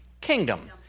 kingdom